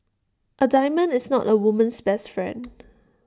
A diamond is not A woman's best friend